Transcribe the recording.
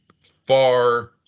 FAR